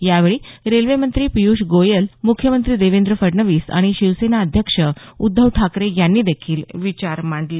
यावेळी रेल्वेमंत्री पियुष गोयलही मुख्यमंत्री देवेंद्र फडणवीस आणि शिवसेना अध्यक्ष उद्धव ठाकरे यांनी देखील यावेळी विचार मांडले